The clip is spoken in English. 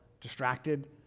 distracted